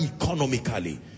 economically